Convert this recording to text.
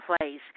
place